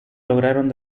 lograron